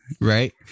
Right